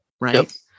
Right